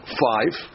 five